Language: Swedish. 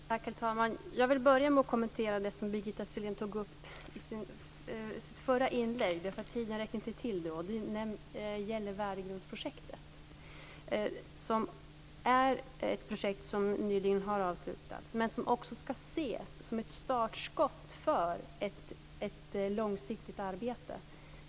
Herr talman! Jag vill börja med att kommentera det som Birgitta Sellén tog upp i sitt förra inlägg. Tiden räckte inte till tidigare. Det gäller Värdegrundsprojektet. Det är ett projekt som nyligen har avslutats, men som också ska ses som ett startskott för ett långsiktigt arbete.